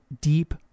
deep